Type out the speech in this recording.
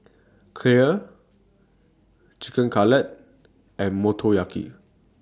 Kheer Chicken Cutlet and Motoyaki